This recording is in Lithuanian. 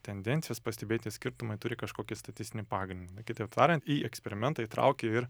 tendencijos pastebėti skirtumai turi kažkokį statistinį pagrindą kitaip tariant į eksperimentą įtrauki ir